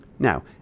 Now